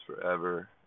forever